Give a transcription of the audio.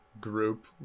group